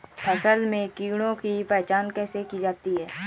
फसल में कीड़ों की पहचान कैसे की जाती है?